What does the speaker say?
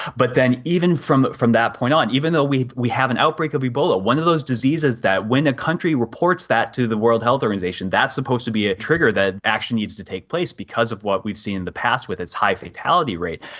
but then even from from that point on, even though we have an outbreak of ebola, one of those diseases that when a country reports that to the world health organisation, that's supposed to be a trigger that action needs to take place because of what we've seen in the past with its high fatality rate,